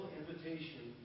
invitation